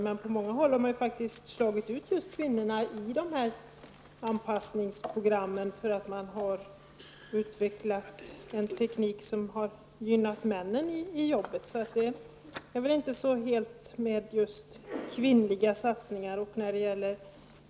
Men på många håll har anpassningsprogrammen slagit ut kvinnorna, därför att man har utvecklat en teknik som har gynnat männen. Så det är väl inte så helt med satsningarna just på kvinnor.